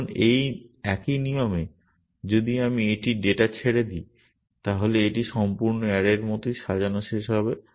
এখন এই একই নিয়মে যদি আমি এটির ডেটা ছেড়ে দিই তাহলে এটি সম্পূর্ণ অ্যারের মতোই সাজানো শেষ হবে